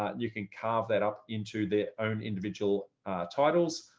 ah you can carve that up into their own individual titles,